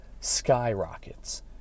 skyrockets